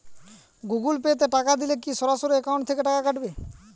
Google Pay তে টাকা দিলে কি সরাসরি অ্যাকাউন্ট থেকে টাকা কাটাবে?